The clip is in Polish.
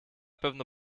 pewno